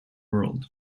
world